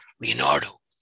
Leonardo